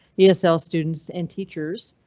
yeah esl students, and teachers.